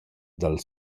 dal